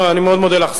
אני מאוד מודה לך,